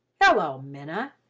hello, minna!